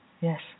yes